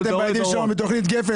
אתם פגעתם בילדים שלנו בתוכנית גפן.